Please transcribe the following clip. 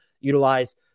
utilize